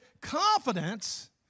confidence